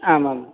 आम् आम्